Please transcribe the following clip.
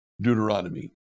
Deuteronomy